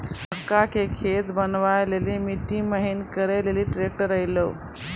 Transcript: मकई के खेत बनवा ले ली मिट्टी महीन करे ले ली ट्रैक्टर ऐलो?